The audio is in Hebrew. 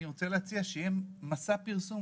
אני רוצה להציע שיהיה מסע פרסום,